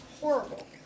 horrible